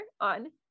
on